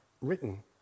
written